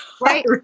Right